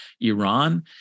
Iran